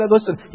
Listen